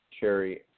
cherry